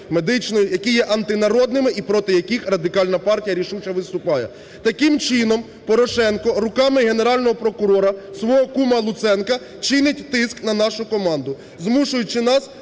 які є антинародними і проти яких Радикальна партія рішуче виступає. Таким чином Порошенко руками Генерального прокурора, свого кума Луценка, чинить тиск на нашу команду, змушуючи нас